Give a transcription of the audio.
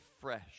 fresh